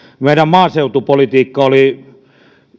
meidän maaseutupolitiikka oli